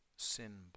Sin